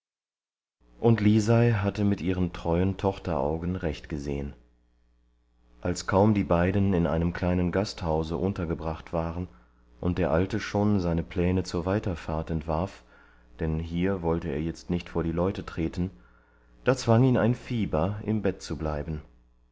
und lisei hatte mit ihren treuen tochteraugen recht gesehen als kaum die beiden in einem kleinen gasthause untergebracht waren und der alte schon seine pläne zur weiterfahrt entwarf denn hier wollte er jetzt nicht vor die leute treten da zwang ihn ein fieber im bett zu bleiben